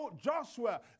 Joshua